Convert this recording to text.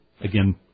again